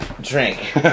drink